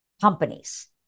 companies